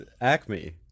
Acme